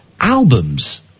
albums